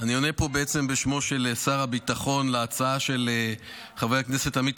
אני עונה פה בשמו של שר הביטחון על ההצעה של חברי הכנסת עמית